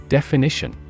Definition